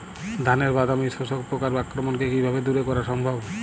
ধানের বাদামি শোষক পোকার আক্রমণকে কিভাবে দূরে করা সম্ভব?